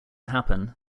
happen